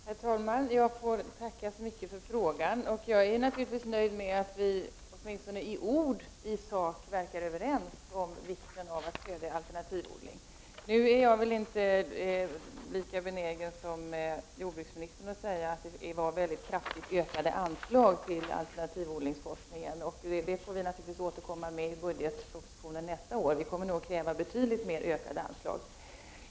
Herr talman! Jag får tacka så mycket för svaret. Jag är naturligtvis nöjd med att vi åtminstone i ord i sak verkar överens om vikten av att stödja alternativodling. Nu är jag väl inte lika benägen som jordbruksministern att säga att det var väldigt kraftigt ökade anslag till alternativodlingforskningen. Det får vi naturligtvis återkomma till i budgetpropositionen nästa år. Vi kommer att kräva betydligt mer ökade anslag.